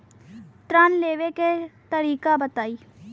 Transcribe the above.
ऋण लेवे के तरीका बताई?